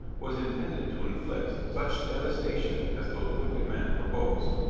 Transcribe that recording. was intended to inflict such devastation as those wicked men proposed.